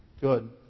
good